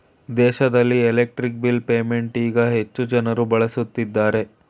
ದೇಶದಲ್ಲಿ electric bill payment ಈಗ ಹೆಚ್ಚು ಜನರು ಬಳಸುತ್ತಿದ್ದಾರೆ